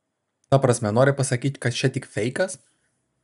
ta prasme nori pasakyt kad čia tik feikas